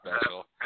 special